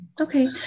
Okay